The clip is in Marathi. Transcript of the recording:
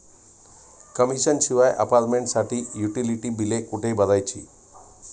कमिशन शिवाय अपार्टमेंटसाठी युटिलिटी बिले कुठे भरायची?